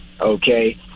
okay